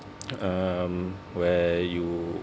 um where you